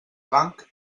blanc